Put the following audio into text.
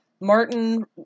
Martin